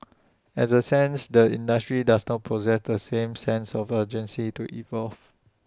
as A sense the industry does not possess the same sense of urgency to evolve